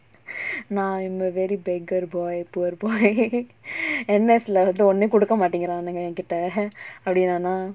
நா:naa I am a very beggar boy poor boy N_S leh வந்து ஒன்னயும் குடுக்க மாட்டிங்குரானுக எங்கிட்ட:vanthu onnayum kudukka maatinguraanuga engitta அப்புடினா நா:appudinaa naa